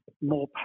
more